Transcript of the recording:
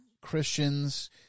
Christians